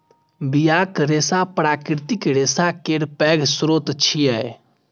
बियाक रेशा प्राकृतिक रेशा केर पैघ स्रोत छियै